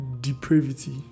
depravity